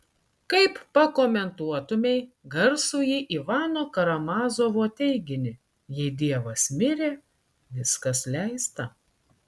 kaip pakomentuotumei garsųjį ivano karamazovo teiginį jei dievas mirė viskas leista